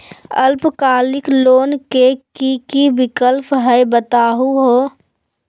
अल्पकालिक लोन के कि कि विक्लप हई बताहु हो?